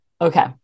Okay